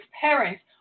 parents